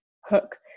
hook